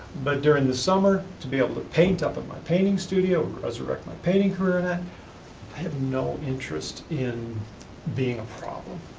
but during the summer, to be able to paint up in my painting studio, resurrect my painting career and that, i have no interest in being a problem.